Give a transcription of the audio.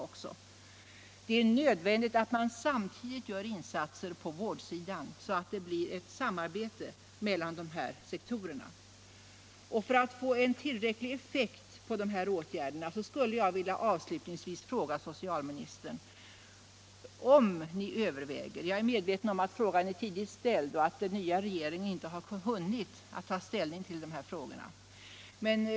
För att uppnå tillräcklig effekt är det nödvändigt att samtidigt göra insatser på vårdsidan så att det blir ett samarbete mellan dessa sektorer. Jag är medveten om att den nya regeringen inte har hunnit ta ställning till dessa frågor.